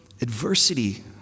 adversity